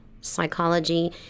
psychology